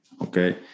okay